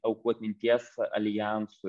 aukų atminties aljansu